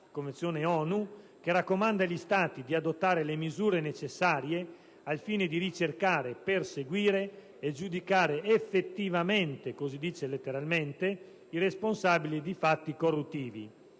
Convenzione stessa, che raccomanda agli Stati di adottare le misure necessarie al fine di "ricercare, perseguire e giudicare effettivamente" - così recita letteralmente - "i responsabili di fatti corruttivi".